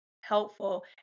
helpful